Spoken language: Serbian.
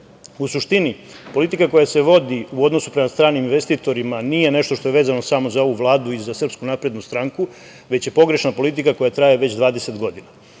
suštini politika koja se vodi u odnosu prema stranim investitorima nije nešto što je vezano samo za ovu Vladu i za SNS, već je pogrešna politika koja traje već 20 godina.